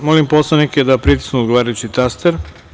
Molim poslanike da pritisnu odgovarajući taster.